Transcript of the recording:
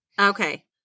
Okay